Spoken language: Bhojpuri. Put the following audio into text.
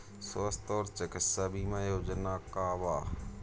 स्वस्थ और चिकित्सा बीमा योजना का बा?